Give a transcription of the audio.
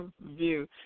view